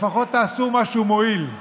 לפחות תעשו משהו מועיל,